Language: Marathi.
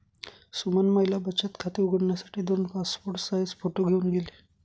सुमन महिला बचत खाते उघडण्यासाठी दोन पासपोर्ट साइज फोटो घेऊन गेली